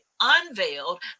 unveiled